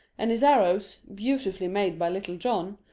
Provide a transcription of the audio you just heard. and his arrows, beautifully made by little john,